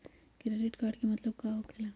Credit card के मतलब का होकेला?